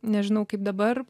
nežinau kaip dabar